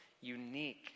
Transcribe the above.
unique